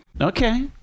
okay